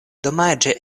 domaĝe